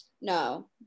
No